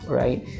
right